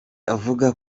avuga